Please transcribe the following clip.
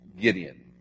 Gideon